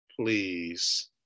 Please